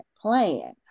plan